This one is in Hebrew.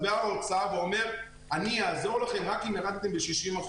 אז בא האוצר ואומר: אני אעזור לכם רק אם ירדתם ב-60%.